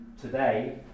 today